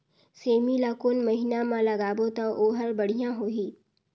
सेमी ला कोन महीना मा लगाबो ता ओहार बढ़िया होही?